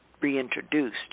reintroduced